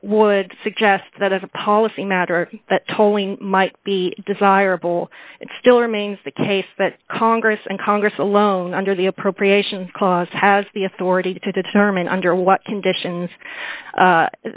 that would suggest that as a policy matter that tolling might be desirable it still remains the case that congress and congress alone under the appropriation clause has the authority to determine under what conditions